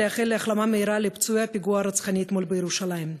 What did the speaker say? לאחל החלמה מהירה לפצועי הפיגוע הרצחני אתמול בירושלים.